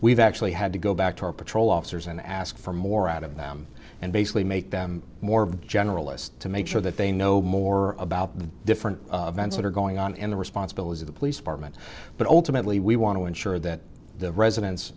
we've actually had to go back to our patrol officers and ask for more out of them and basically make them more of a generalist to make sure that they know more about the different events that are going on in the responsibility of the police department but ultimately we want to ensure that the residents